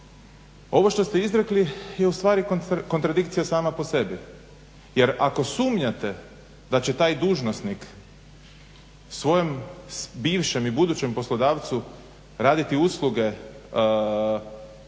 ovo što ste izrekli je ustvari kontradikcija sama po sebi. Jer ako sumnjate da će taj dužnosnik svojem bivšem i bivšem i budućem poslodavcu raditi usluge